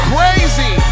Crazy